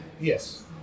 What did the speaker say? Yes